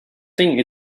thing